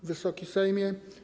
Wysoki Sejmie!